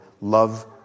Love